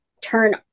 turn